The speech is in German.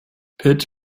pit